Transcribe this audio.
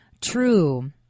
true